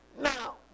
Now